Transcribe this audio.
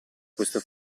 questo